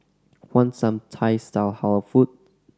want some Thai style Halal food